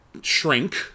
shrink